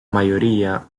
mayoría